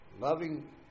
loving